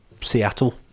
Seattle